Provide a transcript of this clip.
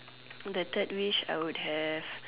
the third wish I would have